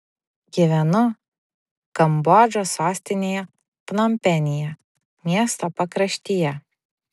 gyvenu kambodžos sostinėje pnompenyje miesto pakraštyje